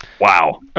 wow